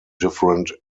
different